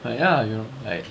but ya you know like